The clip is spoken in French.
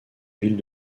ville